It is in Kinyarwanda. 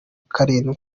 karindwi